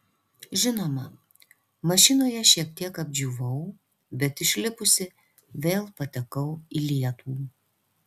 žinoma mašinoje šiek tiek apdžiūvau bet išlipusi vėl patekau į lietų